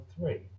three